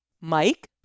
Mike